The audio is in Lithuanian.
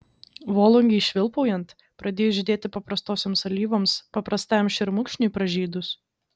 volungei švilpaujant pradėjus žydėti paprastosioms alyvoms paprastajam šermukšniui pražydus